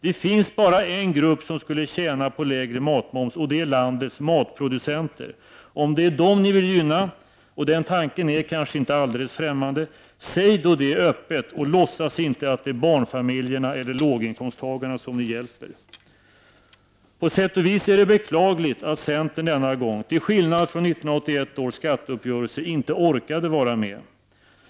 Det finns bara en grupp som skulle tjäna på lägre matmoms och det är landets matproducenter. Om det är dessa som ni vill gynna, och den tanken är väl inte alldeles främmande, säg det då öppet! Låtsas inte att det är barnfamiljerna eller låginkomsttagarna som ni hjälper! På sätt och vis är det beklagligt att centern denna gång, till skillnad från 1981 års skatteuppgörelse, inte orkade vara med.